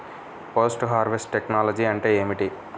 Post harvest technology అంటే ఏమిటి?